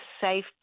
safe